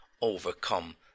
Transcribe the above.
overcome